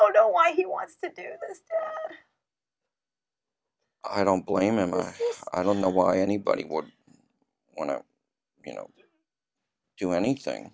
know why he wants to i don't blame him i don't know why anybody would want to you know do anything